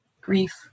grief